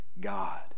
God